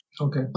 Okay